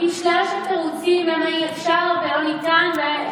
עם שלל תירוצים למה אי-אפשר ולא ניתן.